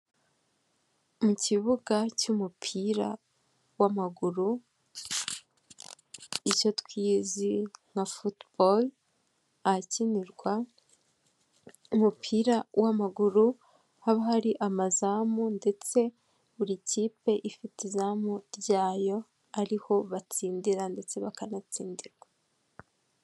Mu kibuga cy'umupira w'amaguru icyo twizi nka futubolo ahakinirwa umupira w'amaguru haba hari amazamu ndetse buri kipe ifite izamu ryayo ariho batsindira ndetse bakanatsindirwa.